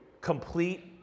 complete